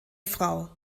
frau